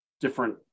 different